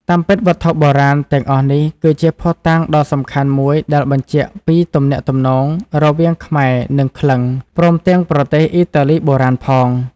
តាមពិត វត្ថុបុរាណ ទាំងអស់នេះគឺជាភស្តុតាងដ៏សំខាន់មួយដែលបញ្ជាក់ពី ទំនាក់ទំនង រវាងខ្មែរនិង ក្លិង្គ ព្រមទាំងប្រទេស អ៊ីតាលីបុរាណ ផង។